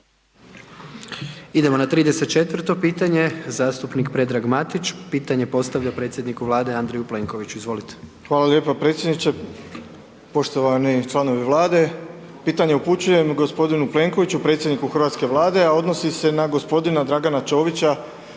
Idemo na 34. pitanje, zastupnik Predrag Matić pitanje postavlja predsjedniku Vlade Andreju Plenkoviću, izvolite. **Matić, Predrag Fred (SDP)** Hvala lijepa predsjedniče. Poštovani članovi Vlade, pitanje upućujem g. Plenkoviću, predsjedniku hrvatske Vlade a odnosi se na g. Dragana Čovića,